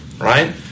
right